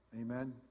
Amen